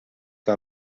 que